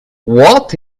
what